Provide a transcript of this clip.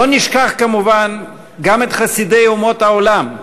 לא נשכח כמובן גם את חסידי אומות העולם,